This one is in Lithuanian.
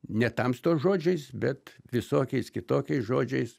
ne tamstos žodžiais bet visokiais kitokiais žodžiais